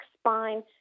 spine